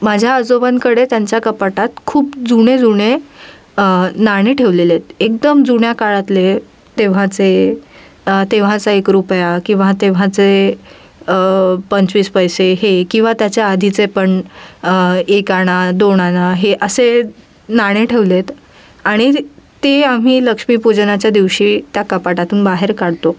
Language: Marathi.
माझ्या आजोबांकडे त्यांच्या कपाटात खूप जुने जुने नाणे ठेवलेले आहेत एकदम जुन्या काळातले तेव्हाचे तेव्हाचा एक रुपया किंवा तेव्हाचे पंचवीस पैसे हे किंवा त्याच्या आधीचे पण एक आणा दोन आणा हे असे नाणे ठेवले आहेत आणि ते आम्ही लक्ष्मीपूजनाच्या दिवशी त्या कपाटातून बाहेर काढतो